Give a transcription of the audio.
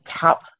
top